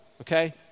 okay